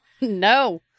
No